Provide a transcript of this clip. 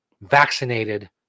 vaccinated